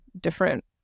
different